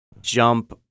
jump